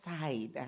side